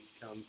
come